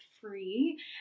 free